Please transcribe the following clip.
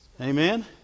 Amen